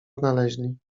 odnaleźli